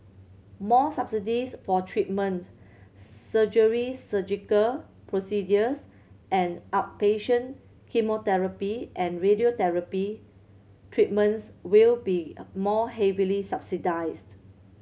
more subsidies for treatment surgery Surgical procedures and outpatient chemotherapy and radiotherapy treatments will be more heavily subsidised